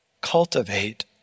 Cultivate